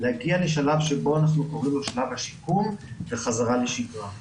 להגיע לשלב שבו אנחנו קוראים לו שלב השיקום וחזרה לשגרה.